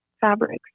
fabrics